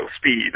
speed